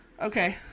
Okay